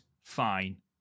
fine